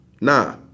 Nah